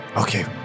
okay